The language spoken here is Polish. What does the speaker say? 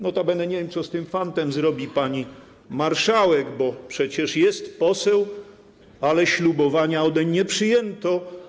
Notabene nie wiem, co z tym fantem zrobi pani marszałek, bo przecież jest poseł, ale ślubowania odeń nie przyjęto.